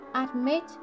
Admit